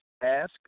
ask